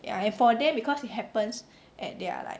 ya and for them because it happens at their like